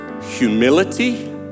humility